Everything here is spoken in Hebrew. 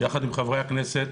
יחד עם חברי הכנסת,